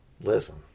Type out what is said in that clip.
listen